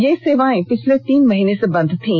ये सेवाएं पिछले तीन महीने से बंद थीं